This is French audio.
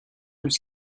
plus